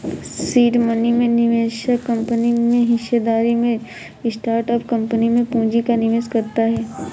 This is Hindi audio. सीड मनी में निवेशक कंपनी में हिस्सेदारी में स्टार्टअप कंपनी में पूंजी का निवेश करता है